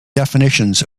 definitions